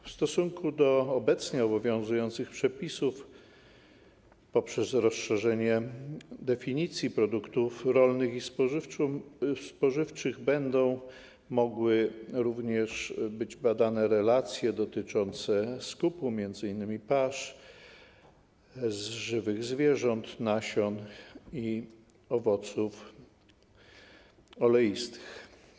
W stosunku do obecnie obowiązujących przepisów w wyniku rozszerzenia definicji produktów rolnych i spożywczych, będą mogły również być badane relacje dotyczące skupu m.in. pasz, żywych zwierząt, nasion i owoców oleistych.